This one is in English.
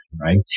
right